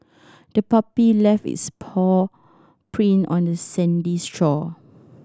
the puppy left its paw print on the sandy shore